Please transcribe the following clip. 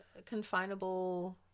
confinable